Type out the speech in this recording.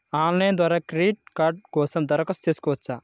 Online ద్వారా credit card కోసం దరఖాస్తు చేయవచ్చా?